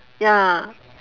ya